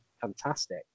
fantastic